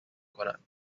کند